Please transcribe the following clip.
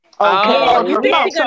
Okay